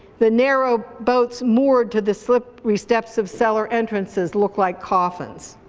the narrow boats moored to the slippery steps of cellar entrances look like coffins.